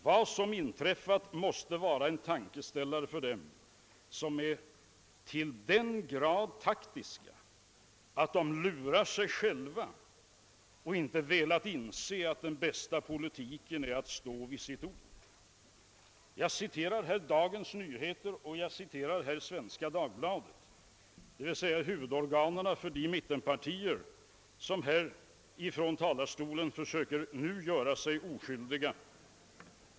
——— Vad som inträffat måste vara en tankeställare för dem som är till den grad taktiska att de lurar sig själva och inte velat inse att bästa politiken är att stå vid sitt ord.» Jag har citerat Dagens Nyheter och Svenska Dagbladet, d.v.s. huvudorganen för de mittenpartier som nu från talarstolen försöker göra sig oskyldiga.